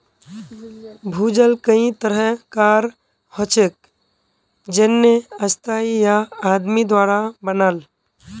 भूजल कई तरह कार हछेक जेन्ने स्थाई या आदमी द्वारा बनाल